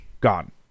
gone